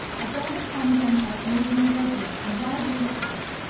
a brand of parmesan type made near reggio and widely imitated,